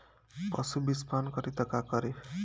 पशु विषपान करी त का करी?